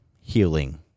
healing